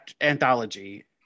anthology